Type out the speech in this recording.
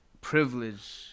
privilege